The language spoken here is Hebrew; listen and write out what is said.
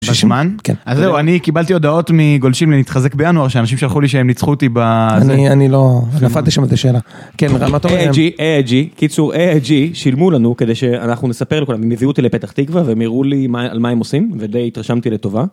אז זהו אני קיבלתי הודעות מגולשים להתחזק בינואר שאנשים שלחו לי שהם ניצחו אותי בזה. אני לא, נפלתי שם את השאלה. כן רם, מה אתה אומר? איי אי ג'י, איי אי ג'י, קיצור איי אי ג'י, שילמו לנו כדי שאנחנו נספר לכולם, הם הביאו אותי לפתח תקווה והם הראו לי על מה הם עושים ודי התרשמתי לטובה.